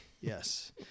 Yes